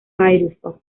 firefox